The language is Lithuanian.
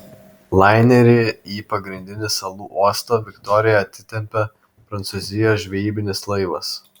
lainerį į pagrindinį salų uostą viktoriją atitempė prancūzijos žvejybinis laivas